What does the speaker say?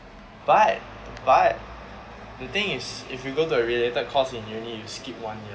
but but the thing is if you go to a related course in uni you skip one year